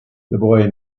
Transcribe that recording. boy